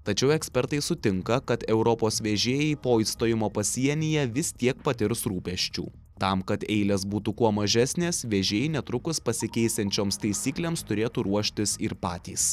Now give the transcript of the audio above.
tačiau ekspertai sutinka kad europos vežėjai po įstojimo pasienyje vis tiek patirs rūpesčių tam kad eilės būtų kuo mažesnės vežėjai netrukus pasikeisiančios taisyklėms turėtų ruoštis ir patys